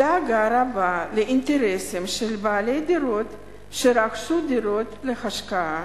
דאגה רבה לאינטרסים של בעלי דירות שרכשו דירות להשקעה,